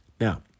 Now